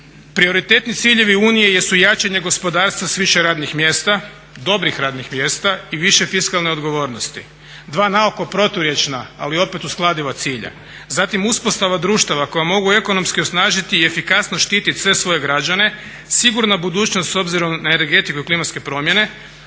prioritetni ciljevi Unije jesu jačanje gospodarstva s više radnih mjesta, dobrih radnih mjesta i više fiskalne odgovornosti. Dva naoko proturječna, ali opet uskladiva cilja. Zatim uspostava društava koja mogu ekonomski osnažiti i efikasno štitit sve svoje građane, sigurna budućnost s obzirom na energetiku i klimatske promjene,